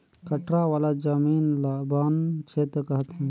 कठरा वाला जमीन ल बन छेत्र कहथें